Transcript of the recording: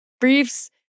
briefs